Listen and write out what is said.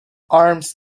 arms